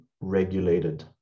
regulated